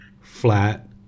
flat